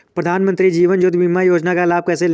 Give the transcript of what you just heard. प्रधानमंत्री जीवन ज्योति योजना का लाभ कैसे लें?